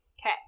okay